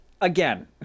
again